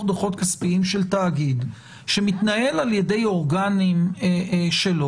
דוחות כספיים של תאגיד שמתנהל על ידיד אורגנים שלו,